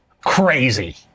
crazy